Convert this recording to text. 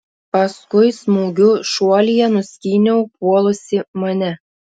paskui smūgiu šuolyje nuskyniau puolusį mane